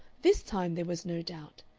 this time, there was no doubt,